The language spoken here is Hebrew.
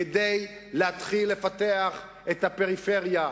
כדי להתחיל לפתח את הפריפריה,